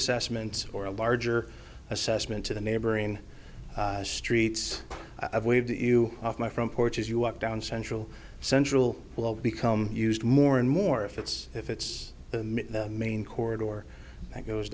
assessments or a larger assessment to the neighboring streets i've waved you off my front porch as you walk down central central will become used more and more if it's if it's the main corridor that goes